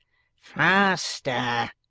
faster!